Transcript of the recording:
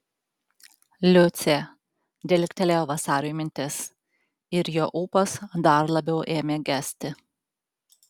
liucė dilgtelėjo vasariui mintis ir jo ūpas dar labiau ėmė gesti